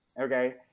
okay